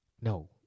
No